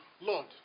Lord